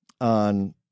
on